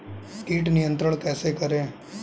कीट नियंत्रण कैसे करें?